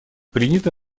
принята